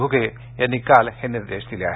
घुगे यांनी काल हे निर्देश दिले आहेत